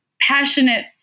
passionate